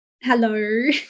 Hello